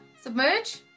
submerge